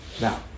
Now